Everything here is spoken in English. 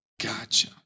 Gotcha